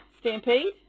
stampede